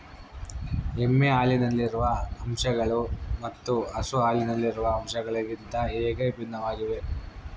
ಎಮ್ಮೆ ಹಾಲಿನಲ್ಲಿರುವ ಅಂಶಗಳು ಮತ್ತು ಹಸು ಹಾಲಿನಲ್ಲಿರುವ ಅಂಶಗಳಿಗಿಂತ ಹೇಗೆ ಭಿನ್ನವಾಗಿವೆ?